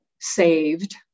saved